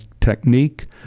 technique